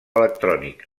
electrònic